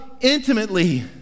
intimately